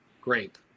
grape